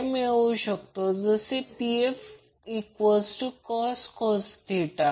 म्हणून Ib फक्त 120° phase shift Ib Ia angle 120°